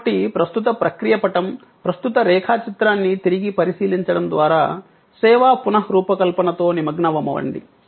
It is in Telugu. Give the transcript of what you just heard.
కాబట్టి ప్రస్తుత ప్రక్రియ పటం ప్రస్తుత రేఖా చిత్రాన్ని తిరిగి పరిశీలించడం ద్వారా సేవా పునఃరూపకల్పనతో నిమగ్నమవ్వండి